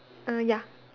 err ya